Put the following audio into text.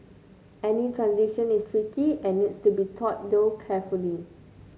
any transition is tricky and needs to be thought through carefully